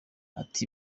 ati